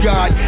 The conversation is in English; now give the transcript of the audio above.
God